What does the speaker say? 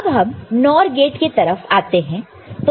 अब हम NOR gate के तरफ आते हैं